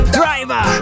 driver